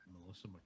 Melissa